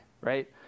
right